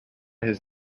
his